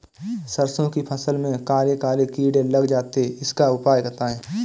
सरसो की फसल में काले काले कीड़े लग जाते इसका उपाय बताएं?